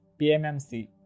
PMMC